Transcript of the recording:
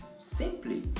Simply